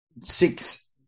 six